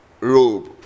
robe